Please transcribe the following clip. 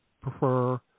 prefer